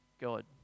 God